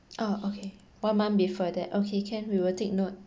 ah okay one month before that okay can we will take note